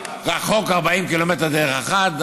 רחוק 40 קילומטר דרך אחת,